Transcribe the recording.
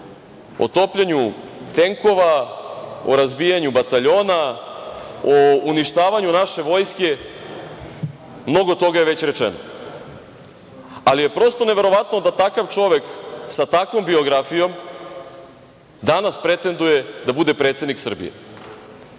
O topljenju tenkova, o razbijanju bataljona o uništavanju naše vojske mnogo toga je već rečeno, ali je prosto neverovatno da takav čovek sa takvom biografijom danas pretenduje da bude predsednik Srbije